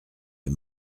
est